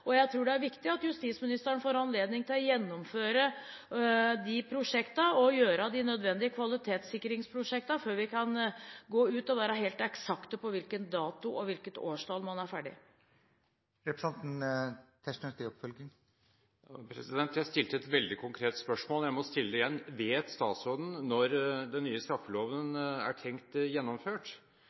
seg. Jeg tror det er viktig at justisministeren får anledning til å gjennomføre de prosjektene og foreta de nødvendige kvalitetssikringsprosjektene før vi kan gå ut med helt eksakt på hvilken dato og hvilket årstall man er ferdig. Jeg stilte et veldig konkret spørsmål. Jeg må stille det igjen: Vet statsråden når den nye straffeloven er tenkt gjennomført?